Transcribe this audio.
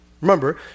Remember